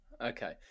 okay